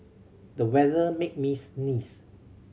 the weather made me sneeze